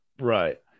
Right